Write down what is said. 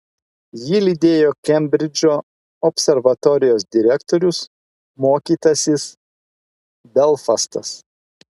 jį lydėjo kembridžo observatorijos direktorius mokytasis belfastas